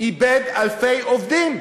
איבד אלפי עובדים,